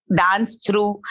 dance-through